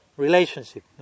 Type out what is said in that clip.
relationship